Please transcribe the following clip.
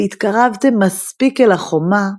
והתקרבתם מספיק אל החומה,